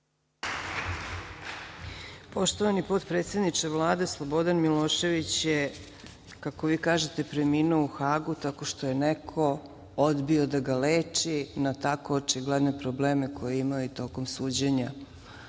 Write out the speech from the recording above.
Poštovani potpredsedniče Vlade, Slobodan Milošević je, kako vi kažete, preminuo u Hagu tako što je neko odbio da ga leči na tako očigledne probleme koje je imao i tokom suđenja.